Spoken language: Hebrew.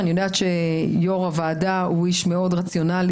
אני יודעת שיו"ר הוועדה הוא איש מאוד רציונלי,